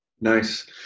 Nice